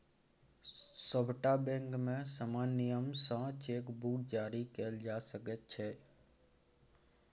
सभटा बैंकमे समान नियम सँ चेक बुक जारी कएल जा सकैत छै